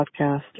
podcast